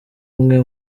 imwe